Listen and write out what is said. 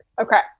Okay